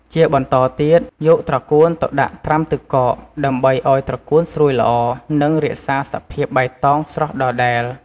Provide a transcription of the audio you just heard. ជាបន្តទៀត យកត្រកួនទៅដាក់ត្រាំទឹកកក ដើម្បីឱ្យត្រកួនស្រួយល្អ និងរក្សាសភាពបៃតងស្រស់ដដែល។